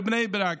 בבני ברק,